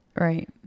right